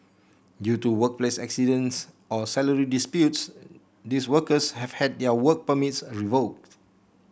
due to workplace accidents or salary disputes these workers have had their work permits revoked